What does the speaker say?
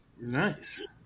Nice